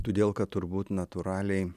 todėl kad turbūt natūraliai